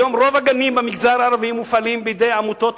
היום רוב הגנים במגזר הערבי מופעלים בידי עמותות